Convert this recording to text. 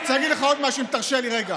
אני רוצה להגיד לך עוד משהו, אם תרשה לי רגע,